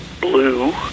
Blue